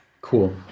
Cool